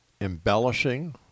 embellishing